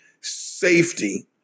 safety